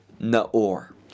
naor